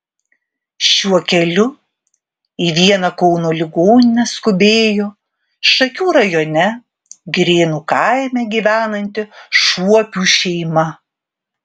šiuo keliu į vieną kauno ligoninę skubėjo šakių rajone girėnų kaime gyvenanti šuopių šeima